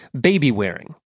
Baby-wearing